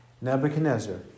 Nebuchadnezzar